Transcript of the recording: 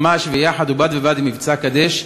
ממש יחד ובד בבד עם מבצע "קדש",